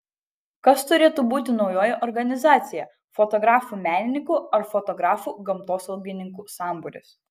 kas turėtų būti naujoji organizacija fotografų menininkų ar fotografų gamtosaugininkų sambūris